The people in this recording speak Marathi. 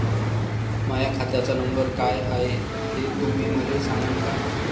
माह्या खात्याचा नंबर काय हाय हे तुम्ही मले सागांन का?